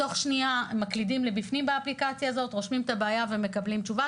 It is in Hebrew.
מקלידים לאפליקציה את הבעיה ומקבלים תשובה.